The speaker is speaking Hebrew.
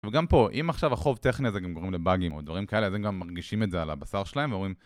וגם פה, אם עכשיו החוב טכני הזה גם גורם לבאגים או דברים כאלה, אז הם גם מרגישים את זה על הבשר שלהם ואומרים...